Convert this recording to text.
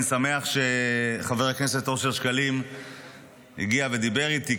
אני שמח שחבר הכנסת אושר שקלים הגיע ודיבר איתי,